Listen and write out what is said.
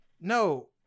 No